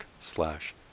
slash